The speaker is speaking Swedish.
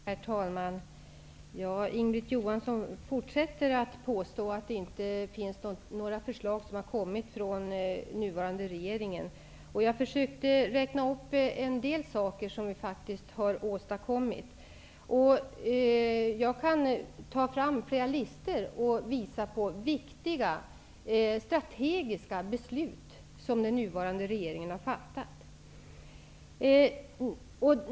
Herr talman! Inga-Britt Johansson fortsätter att påstå att det inte har kommit några förslag från den nuvarande regeringen. Jag försökte räkna upp en del saker som vi faktiskt har åstadkommit. Jag kan ta fram flera listor och visa på viktiga strategiska beslut som den nuvarande regeringen har fattat.